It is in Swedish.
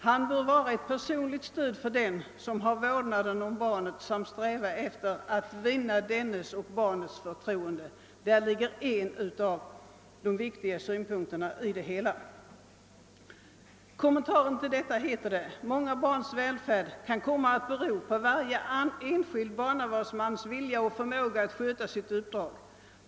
Han bör vara ett personligt stöd för den som har vårdnaden om barnet samt sträva efter att vinna dennes och barnets förtroende.> Där framhålls en av de viktigaste synpunkterna i det hela. I kommentaren till detta heter det: »Många barns välfärd kan komma att bero på varje enskild barnavårdsmans vilja och förmåga att sköta sitt uppdrag.